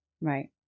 Right